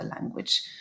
language